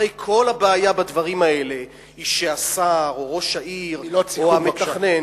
הרי כל הבעיה בדברים האלה היא שהשר או ראש העיר או המתכנן,